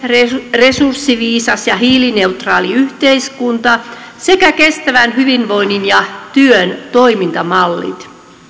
resurssiviisas ja hiilineutraali yhteiskunta sekä kestävän hyvinvoinnin ja työn toimintamallit